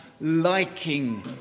liking